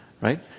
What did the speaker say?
right